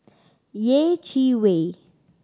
Yeh Chi Wei